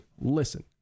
listen